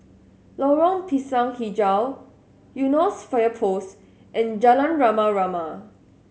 Lorong Pisang Hijau Eunos Fire Post and Jalan Rama Rama